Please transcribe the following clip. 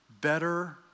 better